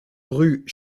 rue